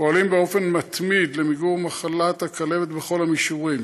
פועלים באופן מתמיד למיגור מחלת הכלבת בכל המישורים.